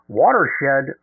watershed